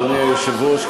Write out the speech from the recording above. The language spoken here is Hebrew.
אדוני היושב-ראש,